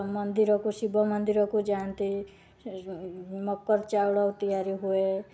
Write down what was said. ମନ୍ଦିରକୁ ଶିବ ମନ୍ଦିରକୁ ଯାଆନ୍ତି ମକର ଚାଉଳ ତିଆରି ହୁଏ